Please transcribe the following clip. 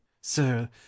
Sir